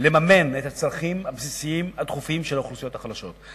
לממן את הצרכים הבסיסיים הדחופים של האוכלוסיות החלשות,